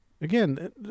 Again